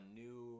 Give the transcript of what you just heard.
new